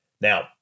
Now